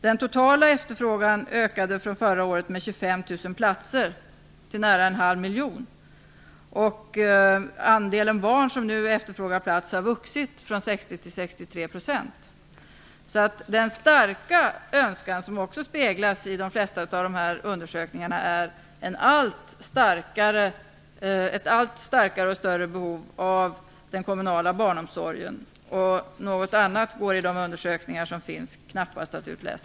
Den totala efterfrågan har från förra året ökat med 25 000 platser till närmare 500 000 platser. Andelen barn som nu efterfrågar en plats har ökat från 60 % till 63 %. Den starka önskan som speglas i de flesta undersökningar av det här slaget pekar alltså på ett allt större behov av kommunal barnomsorg. Något annat kan knappast utläsas av de undersökningar som har gjorts.